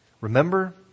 remember